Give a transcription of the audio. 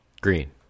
Green